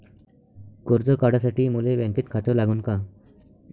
कर्ज काढासाठी मले बँकेत खातं लागन का?